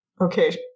okay